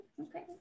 okay